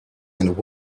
and